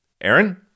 Aaron